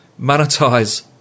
monetize